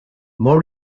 more